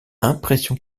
impression